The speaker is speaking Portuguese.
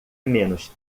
menos